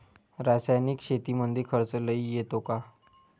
रासायनिक शेतीमंदी खर्च लई येतो का?